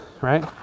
right